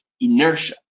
inertia